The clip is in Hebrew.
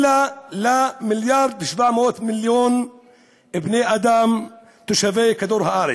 אלא ל-1.7 מיליארד בני אדם תושבי כדור הארץ.